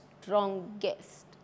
strongest